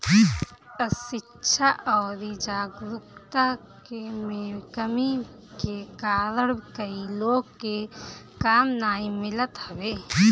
अशिक्षा अउरी जागरूकता में कमी के कारण कई लोग के काम नाइ मिलत हवे